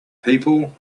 people